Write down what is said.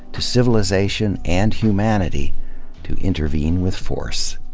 to civilization and humanity to intervene with force.